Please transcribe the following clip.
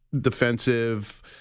defensive